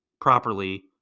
properly